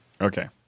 Okay